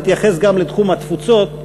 אתייחס גם לתחום התפוצות,